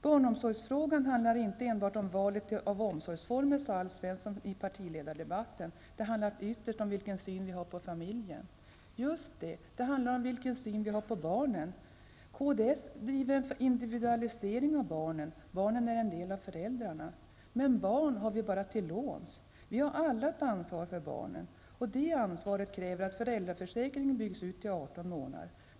Barnomsorgsfrågan handlar inte bara om valet av omsorgsformer, sade Alf Svensson i partiledardebatten. Han sade vidare att det ytterst handlar om vilken syn vi har på familjen. Just det. Det handlar om vilken syn vi har på barnen. Kds driver en individualisering av barnen, barnen är en del av föräldrarna. Men barn har vi bara till låns. Vi har alla ett ansvar för barnen. Det ansvaret kräver att föräldraförsäkringen byggs ut till 18 månader.